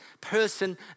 person